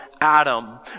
Adam